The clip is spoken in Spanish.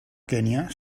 kenia